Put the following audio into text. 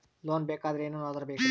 Loan ಬೇಕಾದ್ರೆ ಏನೇನು ಆಧಾರ ಬೇಕರಿ?